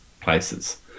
places